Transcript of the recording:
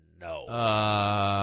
No